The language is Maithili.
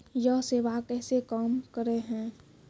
यह सेवा कैसे काम करै है?